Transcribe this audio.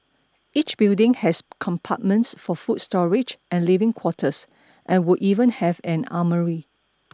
each building has compartments for food storage and living quarters and would even have an armoury